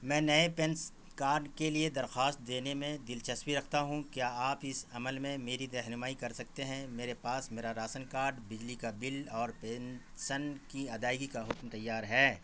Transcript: میں نئے پینس کارڈ کے لیے درخواست دینے میں دلچسپی رکھتا ہوں کیا آپ اس عمل میں میری رہنمائی کر سکتے ہیں میرے پاس میرا راشن کارڈ بجلی کا بل اور پنسن کی ادائیگی کا حکم تیار ہے